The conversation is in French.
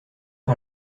par